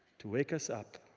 to wake us up.